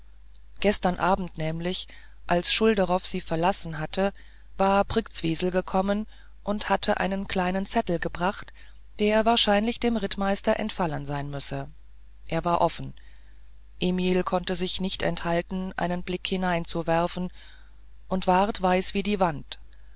gestern abend nämlich als schulderoff sie verlassen hatte war brktzwisl gekommen und hatte einen kleinen zettel gebracht der wahrscheinlich dem rittmeister entfallen sein müsse er war offen emil konnte sich nicht enthalten einen blick hineinzuwerfen und ward weiß wie die wand